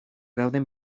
dauden